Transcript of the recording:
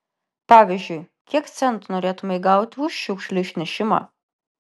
pavyzdžiui kiek centų norėtumei gauti už šiukšlių išnešimą